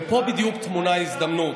ופה בדיוק טמונה ההזדמנות.